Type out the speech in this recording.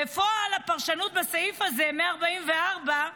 בפועל, בפרשנות לסעיף הזה, 144,